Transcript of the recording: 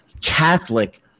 Catholic